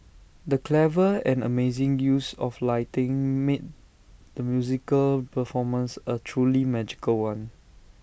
the clever and amazing use of lighting made the musical performance A truly magical one